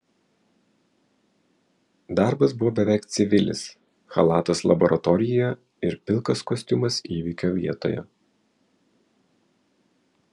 darbas buvo beveik civilis chalatas laboratorijoje ir pilkas kostiumas įvykio vietoje